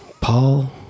Paul